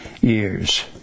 years